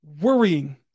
worrying